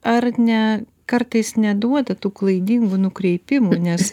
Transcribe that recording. ar ne kartais neduoda tų klaidingų nukreipimų nes